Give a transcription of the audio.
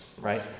right